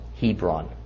Hebron